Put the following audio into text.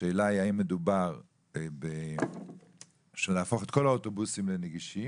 השאלה היא אם מדובר בלהפוך את כל האוטובוסים לנגישים,